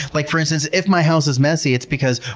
like for instance, if my house is messy, it's because,